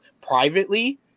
privately